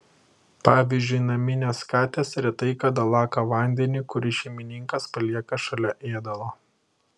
pavyzdžiui naminės katės retai kada laka vandenį kurį šeimininkas palieka šalia ėdalo